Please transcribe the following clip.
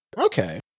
Okay